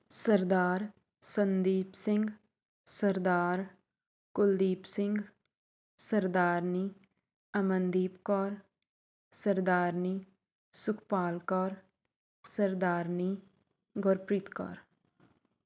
Sardar Sandeep Singh Sardar Kuldeep Singh Sardarni Amandeep Kaur Sardarni Sukhpal Kaur Sardarni Gurpreet Kaur